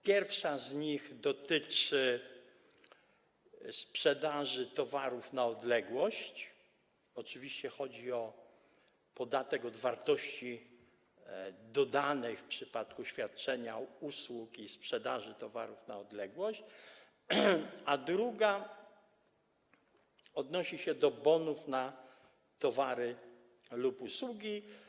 Pierwsza z nich dotyczy sprzedaży towarów na odległość, oczywiście chodzi o podatek od wartości dodanej w przypadku świadczenia usług i sprzedaży towarów na odległość, a druga odnosi się do bonów na towary lub usługi.